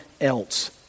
else